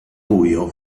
buio